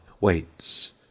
Waits